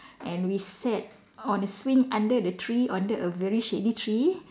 and we sat on a swing under the tree under a very shady tree